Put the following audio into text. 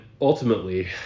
ultimately